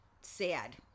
sad